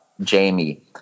Jamie